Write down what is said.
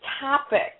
topic